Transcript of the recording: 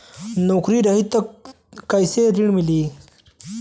नौकरी रही त कैसे ऋण मिली?